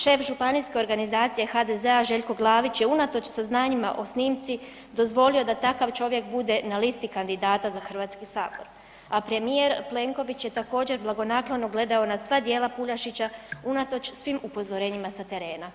Šef Županijske organizacije HDZ-a Željko Glavić je unatoč saznanjima o snimci dozvolio da takav čovjek bude na listi kandidata za HS, a premijer Plenković je također, blagonaklono gledao na sva djela Puljašića unatoč svim upozorenjima sa terena.